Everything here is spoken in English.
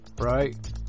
right